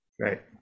Right